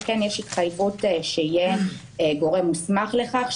וכן יש התחייבות שיהיה גורם מוסמך לכך,